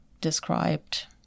described